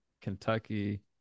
kentucky